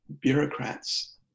bureaucrats